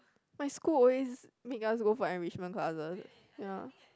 my school always make us go for enrichment classes ya